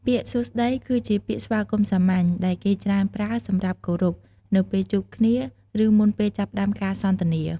ពាក្យ «សួស្តី» គឺជាពាក្យស្វាគមន៍សាមញ្ញ ដែលគេច្រើនប្រើសម្រាប់គោរព នៅពេលជួបគ្នា ឬមុនពេលចាប់ផ្តើមការសន្ទនា។